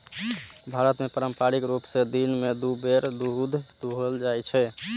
भारत मे पारंपरिक रूप सं दिन मे दू बेर दूध दुहल जाइ छै